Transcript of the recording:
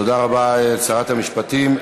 תודה רבה, שרת המשפטים.